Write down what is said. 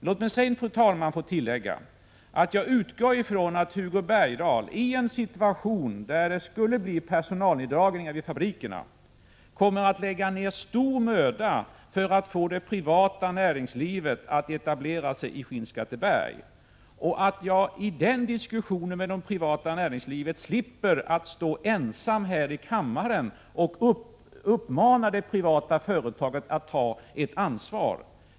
Låt mig, fru talman, få tillägga att jag utgår ifrån att Hugo Bergdahl i en situation där det skulle bli personalneddragningar vid fabrikerna kommer att lägga ner stor möda på att få det privata näringslivet att etablera sig i Skinnskatteberg och att jag i den diskussionen med det privata näringslivet slipper att stå ensam här i kammaren och uppmana de privata företagen att ta ett ansvar.